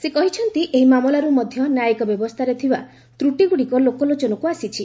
ସେ କହିଛନ୍ତି ଏହି ମାମଲାରୁ ମଧ୍ୟ ନ୍ୟାୟିକ ବ୍ୟବସ୍ଥାରେ ଥିବା ତ୍ରଟିଗୁଡ଼ିକ ଲୋକଲୋଚନକୁ ଆସିଛି